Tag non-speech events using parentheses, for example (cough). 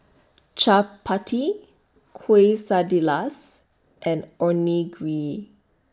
(noise) Chapati Quesadillas and Onigiri